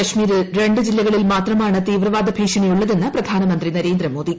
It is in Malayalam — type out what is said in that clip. ് കാശ്മീരിൽ പ് ജില്ലകളിൽ രണ്ട് മാത്രമാണ് തീവ്രവാദ ഭീഷണിയുള്ളതെന്ന് പ്രധാനമന്ത്രി നരേന്ദ്രമോദി